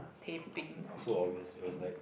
ah so obviously it was like